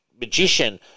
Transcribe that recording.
magician